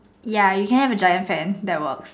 ya you can have a giant fan that works